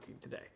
today